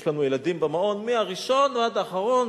יש לנו ילדים במעון מהראשון ועד האחרון,